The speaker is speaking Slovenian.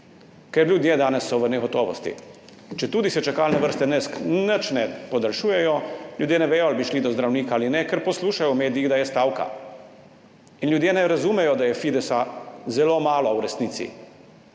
Ker ljudje so danes v negotovosti, četudi se čakalne vrste nič ne podaljšujejo, ljudje ne vedo, ali bi šli do zdravnika ali ne, ker poslušajo v medijih, da je stavka. In ljudje ne razumejo, da je v resnici